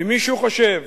ואם מישהו חושב